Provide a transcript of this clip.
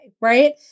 right